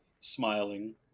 smiling